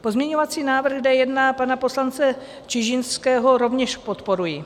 Pozměňovací návrh D1 pana poslance Čižinského rovněž podporuji.